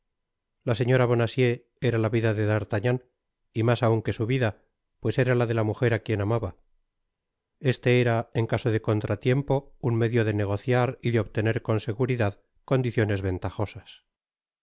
la señora bonacieux era la vida de d'artagnan y mas aun que su vida pues era la de la mujer á quien amaba esle era en caso de contratiempo un medio de negociar y de obtener con seguridad condiciones ventajosas